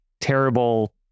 terrible